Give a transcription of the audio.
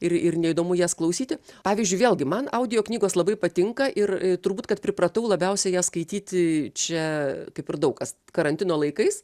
ir ir neįdomu jas klausyti pavyzdžiui vėlgi man audio knygos labai patinka ir turbūt kad pripratau labiausiai jas skaityti čia kaip ir daug kas karantino laikais